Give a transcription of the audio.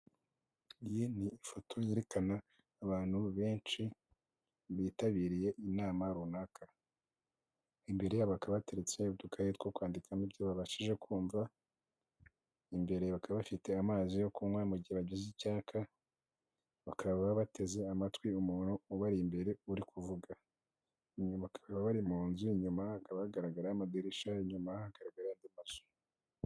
Iyi ni ifoto yerekana abantu benshi bitabiriye inama runaka, imbere yabo bakaba hateretse udukayi two kwandikamo ibyo babashije kumva, imbere bakaba bafite amazi yo kunywa mu gihe bagize icyaka, bakaba bateze amatwi umuntu ubari imbere uri kuvuga, inyuma bakaba bari mu nzu, inyuma hakaba hagaragara amaderishya, inyuma hagaragara andi mazu.